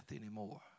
anymore